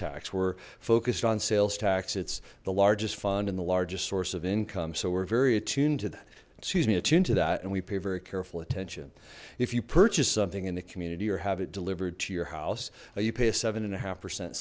tax were focused on sales tax it's the largest fund and the largest source of income so we're very attuned to that excuse me attune to that and we very careful attention if you purchase something in the community or have it delivered to your house you pay a seven and a half percent